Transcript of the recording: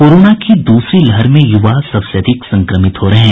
corona की दूसरी लहर में युवा सबसे अधिक संक्रमित हो रहे हैं